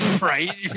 right